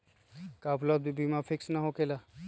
का उपलब्ध बीमा फिक्स न होकेला?